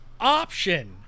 option